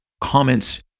comments